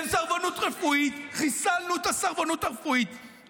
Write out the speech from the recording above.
עם סרבנות רפואית: חיסלנו את הסרבנות הרפואית,